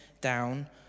down